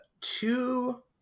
two